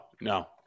no